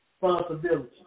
responsibility